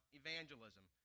evangelism